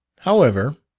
however,